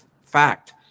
fact